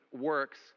works